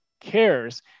cares